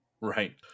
Right